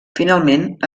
finalment